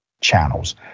channels